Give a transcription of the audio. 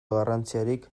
garrantziarik